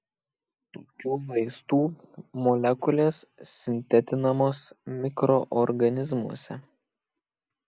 tokių vaistų molekulės sintetinamos mikroorganizmuose